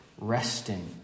resting